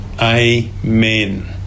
Amen